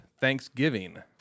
Thanksgiving